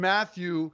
Matthew